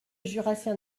jurassien